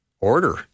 order